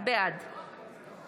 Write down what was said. בעד